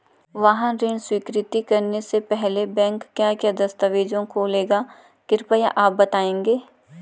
वाहन ऋण स्वीकृति करने से पहले बैंक क्या क्या दस्तावेज़ों को लेगा कृपया आप बताएँगे?